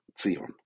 Zion